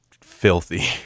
filthy